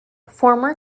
former